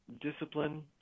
discipline